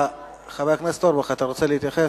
חבר הכנסת אורבך, אתה רוצה להתייחס?